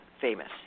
famous